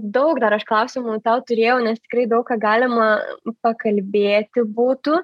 daug dar aš klausimų tau turėjau nes tikrai daug ką galima pakalbėti būtų